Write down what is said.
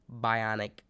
Bionic